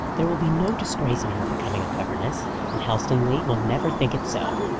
there will be no disgrace in her becoming a governess and helstonleigh will never think it so.